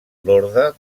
lorda